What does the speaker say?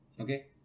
Okay